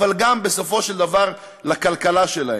אבל בסופו של דבר גם לכלכלה שלהן.